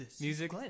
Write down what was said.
music